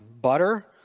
butter